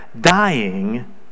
dying